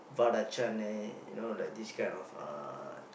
Vada Chennai you know like this kind of uh